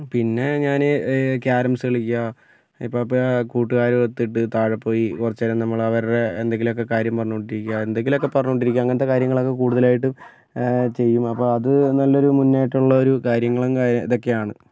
പിന്നെ ഞാൻ ക്യാരംസ് കളിക്കുക ഇപ്പോൾ ഇപ്പം കൂട്ടുകാരുമൊത്തിട്ട് താഴെ പോയി കുറച്ചുനേരം നമ്മൾ അവരുടെ എന്തെങ്കിലുമൊക്കെ കാര്യം പറഞ്ഞു കൊണ്ടിരിക്കുക എന്തെങ്കിലുമൊക്കെ പറഞ്ഞു കൊണ്ടിരിക്കുക അങ്ങനത്തെ കാര്യങ്ങളൊക്കെ കൂടുതലായിട്ടും ചെയ്യും അപ്പോൾ അത് നല്ലൊരു മുന്നേറ്റമുള്ളൊരു കാര്യങ്ങളും ഇതൊക്കെയാണ്